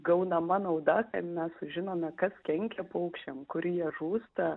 gaunama nauda mes sužinome kas kenkia paukščiam kur jie žūsta